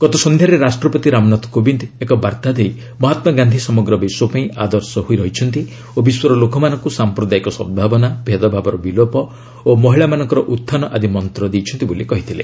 ଗତ ସନ୍ଧ୍ୟାରେ ରାଷ୍ଟ୍ରପତି ରାମନାଥ କୋବିନ୍ଦ ଏକ ବାର୍ତ୍ତା ଦେଇ ମହାତ୍ଲାଗାନ୍ଧି ସମଗ୍ର ବିଶ୍ୱପାଇଁ ଆଦର୍ଶ ହୋଇ ରହିଛନ୍ତି ଓ ବିଶ୍ୱର ଲୋକମାନଙ୍କୁ ସାମ୍ପ୍ରଦାୟିକ ସଦ୍ଭାବନା ଭେଦଭାବର ବିଲୋପ ଓ ମହିଳାମାନଙ୍କର ଉତ୍ଥାନ ଆଦି ମନ୍ତ ଦେଇଛନ୍ତି ବୋଲି କହିଥିଲେ